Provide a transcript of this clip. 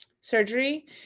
surgery